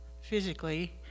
physically